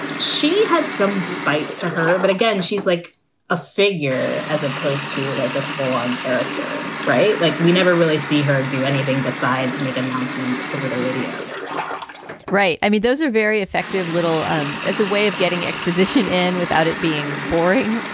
she had some bite to her. but again, she's like a failure as opposed to like a full on character. right. like, we never really see her do anything besides make announcements over the radio right. i mean, those are very effective, little um as a way of getting exposition in without it being boring.